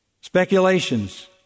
speculations